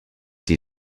die